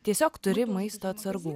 tiesiog turi maisto atsargų